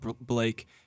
Blake